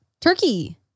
Turkey